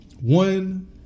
One